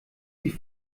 die